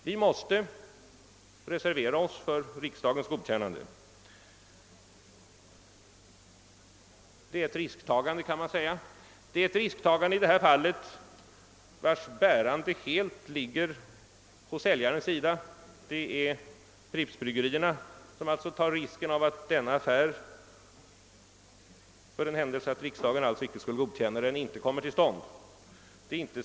Vi måste reservera oss för riksdagens godkännande. Det är ett risktagande, vars bärande helt ligger på säljarens sida. Prippbryggerierna får ta risken att denna affär inte kommer till stånd, för den händelse riksdagen inte skulle godkänna den.